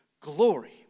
glory